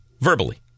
Verbally